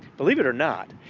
believe it or not,